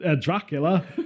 dracula